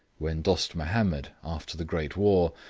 when dost mahomed, after the great war,